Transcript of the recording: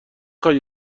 خوای